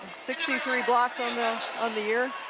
sixty three blocks on the on the year.